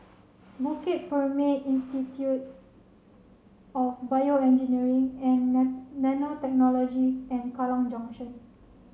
Bukit Purmei Institute of BioEngineering and Nanotechnology and Kallang Junction